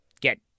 get